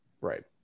Right